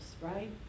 right